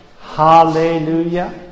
Hallelujah